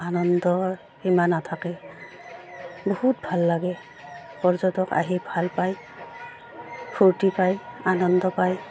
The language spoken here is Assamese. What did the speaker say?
আনন্দৰ সীমা নাথাকে বহুত ভাল লাগে পৰ্যটক আহি ভাল পায় ফূৰ্তি পায় আনন্দ পায়